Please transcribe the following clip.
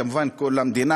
כמובן כל המדינה,